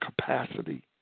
capacity